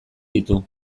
ditu